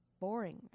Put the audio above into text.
boring